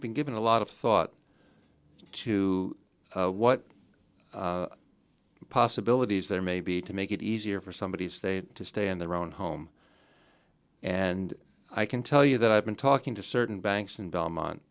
been given a lot of thought to what possibilities there may be to make it easier for somebody stay to stay in their own home and i can tell you that i've been talking to certain banks in belmont